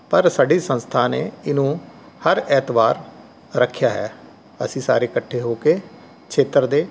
ਪਰ ਸਾਡੀ ਸੰਸਥਾ ਨੇ ਇਹਨੂੰ ਹਰ ਐਤਵਾਰ ਰੱਖਿਆ ਹੈ ਅਸੀਂ ਸਾਰੇ ਇਕੱਠੇ ਹੋ ਕੇ ਖੇਤਰ ਦੇ